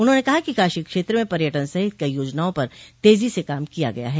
उन्होंने कहा कि काशी क्षेत्र में पर्यटन सहित कई योजनाओं पर तेजी से काम किया गया है